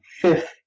fifth